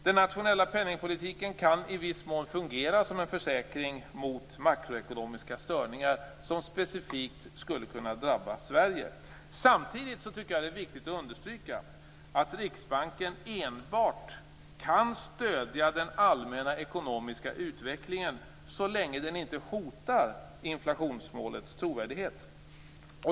Den nationella penningpolitiken kan i viss mån fungera som en försäkring mot makroekonomiska störningar som specifikt skulle kunna drabba Sverige. Samtidigt tycker jag att det är viktigt att understryka att Riksbanken enbart kan stödja den allmänna ekonomiska utvecklingen så länge den inte hotar inflationsmålets trovärdighet.